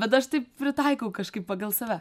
bet aš taip pritaikau kažkaip pagal save